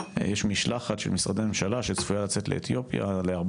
יש משלחת של משרדי הממשלה שצפויה לצאת לאתיופיה,